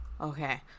Okay